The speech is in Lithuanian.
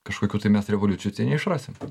kažkokių tai mes revoliucijų tai neišrasim